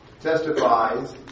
testifies